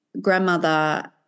grandmother